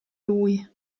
lui